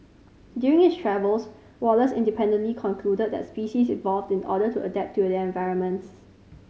during his travels Wallace independently concluded that species evolve in order to adapt to their environments